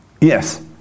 Yes